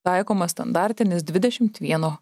taikomas standartinis dvidešimt vieno